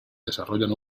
desarrollan